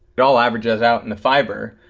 it all averages out in the fiber.